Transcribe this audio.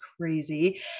crazy